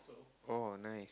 oh nice